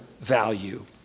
value